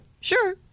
sure